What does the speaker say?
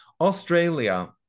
Australia